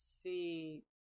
see